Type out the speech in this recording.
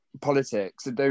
politics